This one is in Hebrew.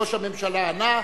ראש הממשלה ענה.